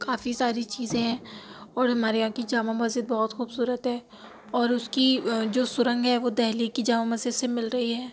کافی ساری چیزیں ہیں اور ہمارے یہاں کی جامع مسجد بہت خوبصورت ہے اور اُس کی جو سرنگ ہے وہ دہلی کی جامع مسجد سے مل رہی ہے